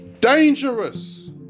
Dangerous